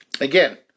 Again